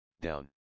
down